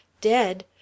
Dead